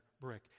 brick